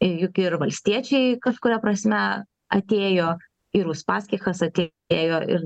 juk ir valstiečiai kažkuria prasme atėjo ir uspaskichas atėjo ir